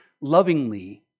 lovingly